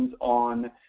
on